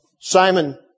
Simon